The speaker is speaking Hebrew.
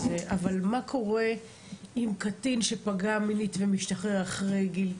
מה קורה אם קטין שפגע מינית ומשתחרר אחרי גיל,